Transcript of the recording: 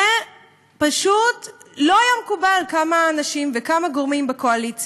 זה פשוט לא היה מקובל על כמה אנשים ועל כמה גורמים בקואליציה.